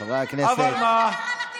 אבל מה,